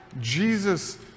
Jesus